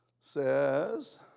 says